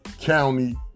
county